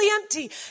empty